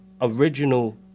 original